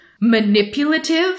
manipulative